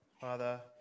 Father